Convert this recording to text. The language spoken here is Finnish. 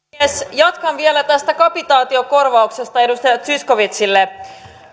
jatkan vielä tästä kapitaatiokorvauksesta edustaja zyskowiczille